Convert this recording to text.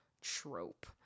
trope